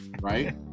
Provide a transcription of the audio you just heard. right